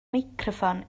meicroffon